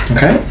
Okay